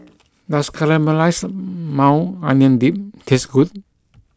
does Caramelized Maui Onion Dip taste good